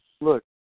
Look